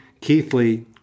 Keithley